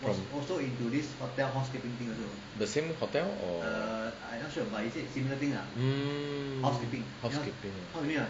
the same hotel or mm housekeeping